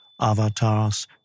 Avatars